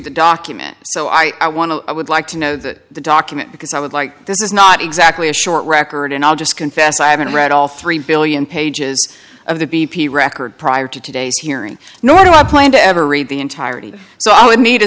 the document so i want to i would like to know that document because i would like this is not exactly a short record and i'll just confess i haven't read all three billion pages of the b p record prior to today's hearing nor do i plan to ever read the entirety so i would need a